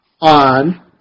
on